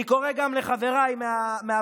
אני קורא גם לחבריי מהבית,